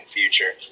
future